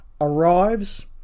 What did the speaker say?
arrives